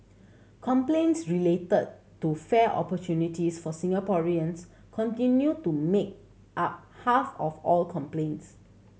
complaints related to fair opportunities for Singaporeans continue to make up half of all complaints